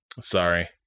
Sorry